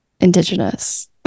Indigenous